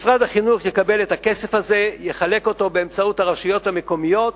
משרד החינוך יקבל את הכסף הזה ויחלק אותו באמצעות הרשויות המקומיות